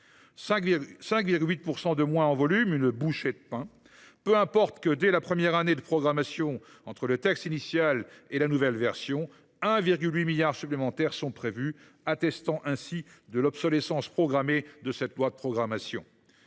5,8 % de moins en volume, une bouchée de pain ! Peu importe que, dès la première année de programmation entre le texte initial et la nouvelle version, 1,8 milliard d’euros supplémentaires soient prévus, attestant de l’obsolescence programmée de cette loi de programmation.